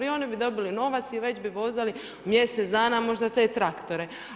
I oni bi dobili novac i već bi vozali u mjesec dana te traktore.